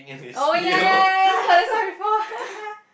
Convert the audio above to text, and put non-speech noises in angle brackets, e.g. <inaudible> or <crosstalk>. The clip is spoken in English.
oh ya ya ya ya heard that sound before <laughs>